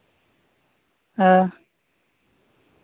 ᱦᱮᱸ